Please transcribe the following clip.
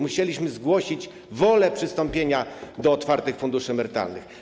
Musieliśmy zgłosić wolę przystąpienia do otwartych funduszy emerytalnych.